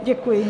Děkuji.